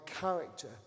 character